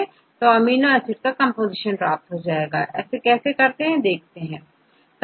तो तो हम अमीनो एसिड कंपोजीशन को प्राप्त कर लेते हैं इसेI से प्रदर्शित करते हैं